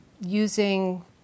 using